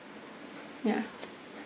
ya